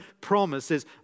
promises